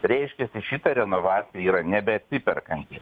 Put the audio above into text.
reiškiasi šita renovacija yra nebeatsiperkanti